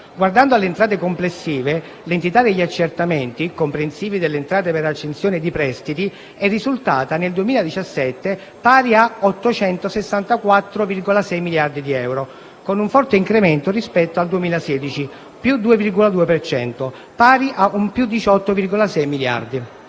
Guardando alle entrate complessive, l'entità degli accertamenti (comprensivi delle entrate per accensione di prestiti) è risultata nel 2017 pari a 864,6 miliardi di euro, con un forte incremento rispetto al 2016 (+2,2 per cento, pari a +18,6 miliardi),